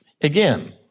Again